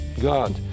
God